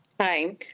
Hi